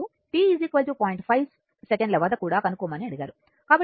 5 సెకన్ల వద్ద కూడా కనుక్కోమని అడిగారు